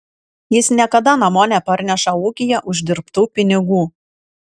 jis niekada namo neparneša ūkyje uždirbtų pinigų